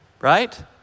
Right